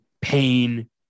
pain